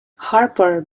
harper